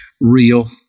real